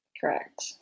Correct